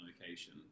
location